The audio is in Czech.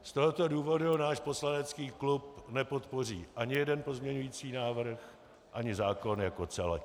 Z tohoto důvodu náš poslanecký klub nepodpoří ani jeden pozměňující návrh, ani zákon jako celek.